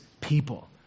people